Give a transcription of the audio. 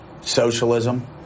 socialism